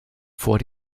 vor